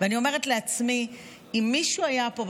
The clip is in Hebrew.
אני אומרת לעצמי: אם מישהו היה פה,